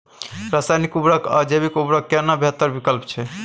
रसायनिक उर्वरक आ जैविक उर्वरक केना बेहतर विकल्प छै?